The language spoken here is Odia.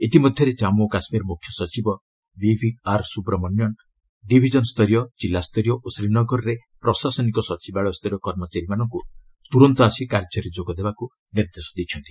ଇତିମଧ୍ୟରେ ଜାନ୍ମୁ ଓ କାଶ୍ମୀର ମୁଖ୍ୟ ସଚିବ ବିଭିଆର୍ ସୁବ୍ରମଣ୍ୟନ ଡିଭିଜନସ୍ତରୀୟ ଜିଲ୍ଲାସ୍ତରୀୟ ଓ ଶ୍ରୀନଗରରେ ପ୍ରଶାସନିକ ସଚିବାଳୟ ସ୍ତରୀୟ କର୍ମଚାରୀମାନଙ୍କୁ ତୁରନ୍ତ ଆସି କାର୍ଯ୍ୟରେ ଯୋଗଦେବାକୁ ନିର୍ଦ୍ଦେଶ ଦେଇଛନ୍ତି